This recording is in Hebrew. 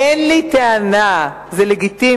אין לי טענה, זה לגיטימי.